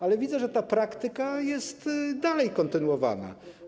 Ale widzę, że ta praktyka jest kontynuowana.